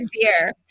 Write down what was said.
beer